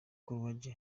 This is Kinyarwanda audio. croidja